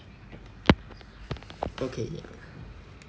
okay okay uh